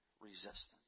resistance